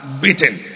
beaten